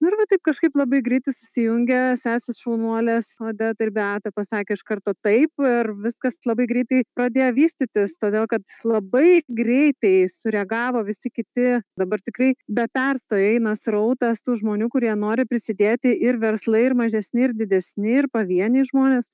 ir va taip kažkaip labai greitai susijungė sesės šaunuolės odeta ir beata pasakė iš karto taip ir viskas labai greitai pradėjo vystytis todėl kad labai greitai sureagavo visi kiti dabar tikrai be perstojo eina srautas tų žmonių kurie nori prisidėti ir verslai ir mažesni ir didesni ir pavieniai žmonės